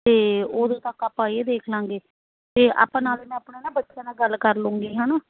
ਅਤੇ ਉਦੋਂ ਤੱਕ ਆਪਾਂ ਇਹ ਦੇਖ ਲਾਂਗੇ ਅਤੇ ਆਪਾਂ ਨਾਲ ਮੈਂ ਆਪਣਾ ਨਾ ਬੱਚਿਆਂ ਨਾਲ ਗੱਲ ਕਰ ਲੂੰਗੀ ਹੈ ਨਾ